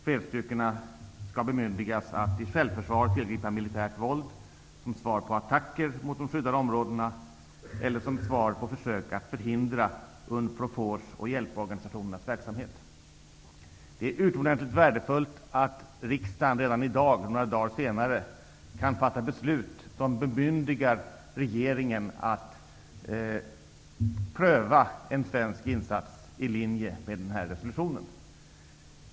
Fredsstyrkorna skall bemyndigas att i självförsvar tillgripa militärt våld, som svar på attacker mot de skyddade områdena och som svar på försök att förhindra Unprofors och hjälporganisationernas verksamhet. Det är utomordentligt värdefullt att riksdagen redan i dag, endast några dagar senare, kan fatta det beslut som innebär att regeringen bemyndigas att pröva en svensk insats i linje med den här resolutionen.